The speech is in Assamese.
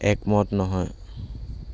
একমত নহয়